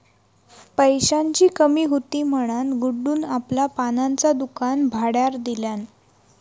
पैशाची कमी हुती म्हणान गुड्डून आपला पानांचा दुकान भाड्यार दिल्यान